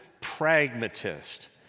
pragmatist